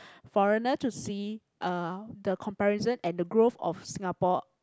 foreigner to see uh the comparison and the growth of Singapore